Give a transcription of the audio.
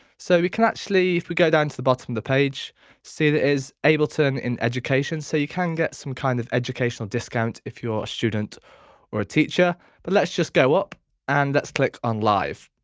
so we can actually if we go down to the bottom of the page see there is ableton in education so you can get some kind of educational discount if you're a student or a teacher but let's just go up and let's click on live.